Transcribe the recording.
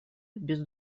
без